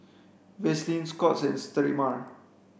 Vaselin Scott's and Sterimar